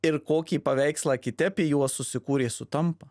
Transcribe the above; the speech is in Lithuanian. ir kokį paveikslą kiti apie juos susikūrė sutampa